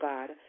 God